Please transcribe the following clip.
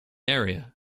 area